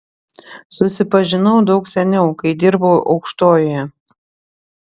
susipažinau daug seniau kai dirbau aukštojoje